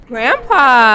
Grandpa